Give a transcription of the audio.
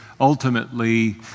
ultimately